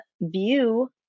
view